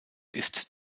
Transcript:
ist